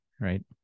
right